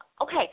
okay